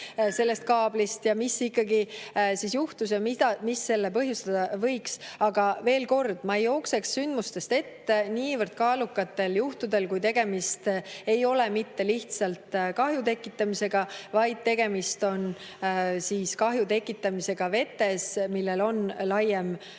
sellest kaablist ja [rääkida], mis ikkagi juhtus ja mis selle põhjustada võis. Aga veel kord: ma ei jookseks sündmustest ette niivõrd kaalukatel juhtudel, kui tegemist ei ole mitte lihtsalt kahju tekitamisega, vaid tegemist on kahju tekitamisega vetes, ja sellel on laiem